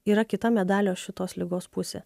yra kita medalio šitos ligos pusė